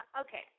Okay